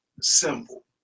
simple